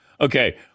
Okay